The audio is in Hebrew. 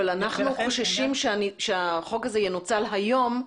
אנחנו חוששים שהחוק הזה ינוצל היום.